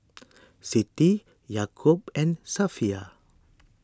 Siti Yaakob and Safiya